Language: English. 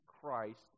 Christ